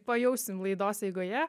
pajausim laidos eigoje